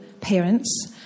parents